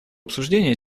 обсуждении